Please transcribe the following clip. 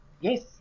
Yes